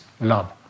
love